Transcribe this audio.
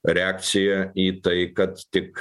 reakcija į tai kad tik